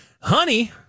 honey